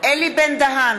אלי בן-דהן,